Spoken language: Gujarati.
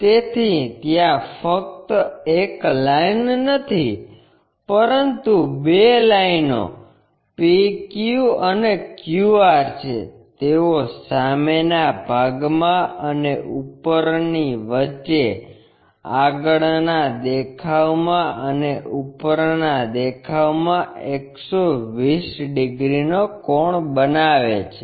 તેથીત્યાં ફક્ત એક લાઇન નથી પરંતુ બે લાઇનો PQ અને QR છે તેઓ સામેના ભાગમાં અને ઉપરની વચ્ચે આગળના દેખાવમાં અને ઉપરનાં દેખાવમાં 120 ડિગ્રીનો કોણ બનાવે છે